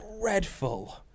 dreadful